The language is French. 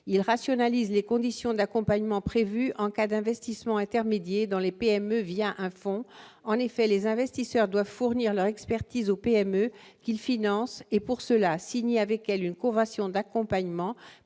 il rationalise les conditions d'accompagnement prévues en cas d'investissement intermédiaires dans les PME via un fonds en effet les investisseurs doivent fournir leur expertise aux PME qu'le finance et pour cela, signer avec elle une convention d'accompagnement